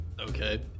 Okay